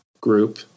group